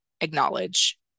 acknowledge